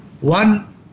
One